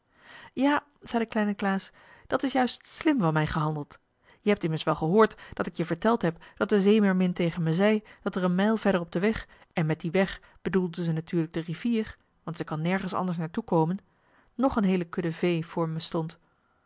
ja zei de kleine klaas dat is juist slim van mij gehandeld je hebt immers wel gehoord dat ik je verteld heb dat de zeemeermin tegen mij zei dat er een mijl verder op den weg en met dien weg bedoelde zij natuurlijk de rivier want zij kan nergens anders naar toe komen nog een heele kudde vee voor mij stond